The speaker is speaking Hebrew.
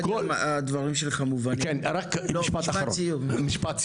כל הדברים שלך מובנים, משפט סיום.